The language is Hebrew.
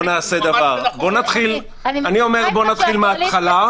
אני אומר שנתחיל מהתחלה.